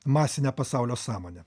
masinę pasaulio sąmonę